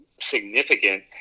significant